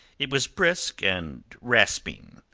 it was brisk and rasping,